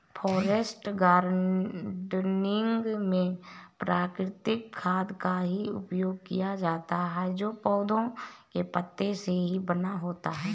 forest gardening में प्राकृतिक खाद का ही प्रयोग किया जाता है जो पौधों के पत्तों से ही बना होता है